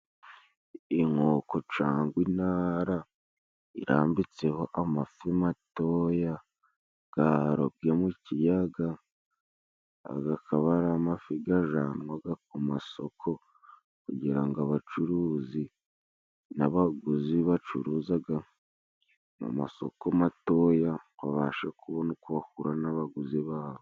Inkoko cangwa intara irambitseho amafi matoya garobwe mu kiyaga ,gakaba ari amafi gajanwaga ku masoko kugira ngo abacuruzi n'abaguzi bacuruzaga mu masoko matoya, babashe kubona uko bahura n'abaguzi babo.